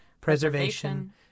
preservation